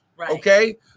Okay